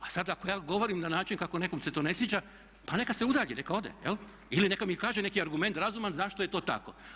A sad ako ja govorim na način kako netko se to ne sviđa pa neka se udalji, neka ode ili neka mi kaže neki argument razuman zašto je to tako.